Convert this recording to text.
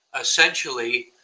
essentially